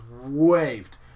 waved